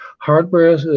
hardware